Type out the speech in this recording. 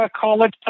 college